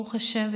ברוך השם,